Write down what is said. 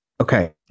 Okay